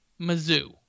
Mizzou